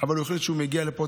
אבל הוא החליט שהוא מגיע לפה.